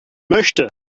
möchte